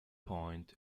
point